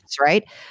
right